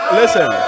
listen